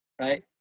right